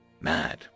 mad